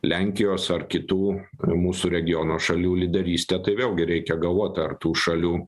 lenkijos ar kitų mūsų regiono šalių lyderystę tai vėlgi reikia galvot ar tų šalių